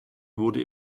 wurde